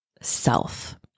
self